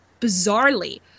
bizarrely